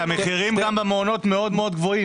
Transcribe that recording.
כי המחירים במעונות גבוהים מאוד.